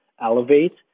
elevate